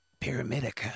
Pyramidica